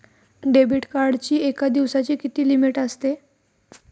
Debit कार्डची एका दिवसाची किती लिमिट असते?